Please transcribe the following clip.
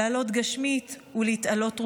לעלות גשמית ולהתעלות רוחנית.